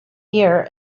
year